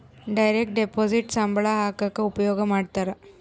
direct deposit ಸಂಬಳ ಹಾಕಕ ಉಪಯೋಗ ಮಾಡ್ತಾರ